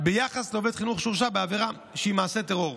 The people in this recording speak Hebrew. ביחס לעובד חינוך שהורשע בעבירה שהיא מעשה טרור.